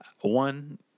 one